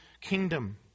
kingdom